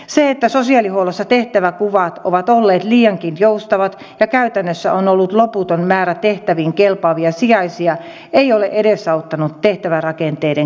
se että sosiaalihuollossa tehtävänkuvat ovat olleet liiankin joustavat ja käytännössä on ollut loputon määrä tehtäviin kelpaavia sijaisia ei ole edesauttanut tehtävärakenteiden kehittämistä